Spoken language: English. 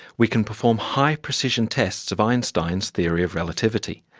we can perform high precision tests of einstein's theory of relativity,